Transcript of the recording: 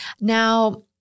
Now